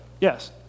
Yes